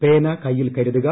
പേന കയ്യിൽ കരുതുക